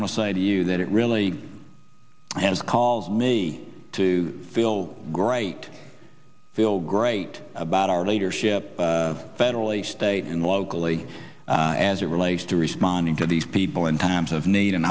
want to say to you that it really has called me to feel great feel great about our leadership federally state and locally as it relates to responding to these people in times of need and